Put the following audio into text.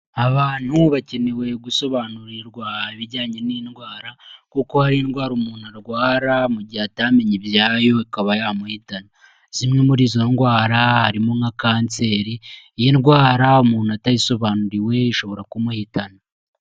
Abantu bakenewe gusobanurirwa ibijyanye n'indwara kuko hari indwara umuntu arwara mu gihe atamenye ibyayo ikaba yamuhitana. Zimwe muri izo ndwara harimo nka kanseri, iyi ndwara umuntu atayisobanuriwe ishobora kumuhitana.